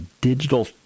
digital